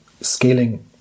scaling